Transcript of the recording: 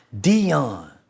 Dion